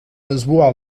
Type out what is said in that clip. الأسبوع